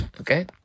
Okay